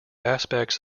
aspects